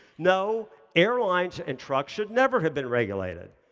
no, airlines and trucks should never have been regulated.